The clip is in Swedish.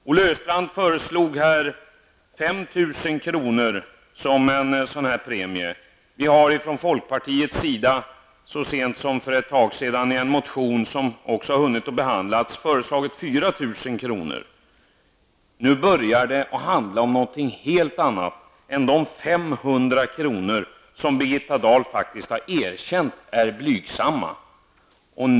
Olle Östrand föreslog 5 000 kr. som en premie. Vi från folkpartiets sida har för en tid sedan i en motion, som redan hunnit behandlas, föreslagit Det börjar handla om någonting helt annat än de 500 kronorna, som Birgitta Dahl faktiskt har erkänt är ett blygsamt belopp.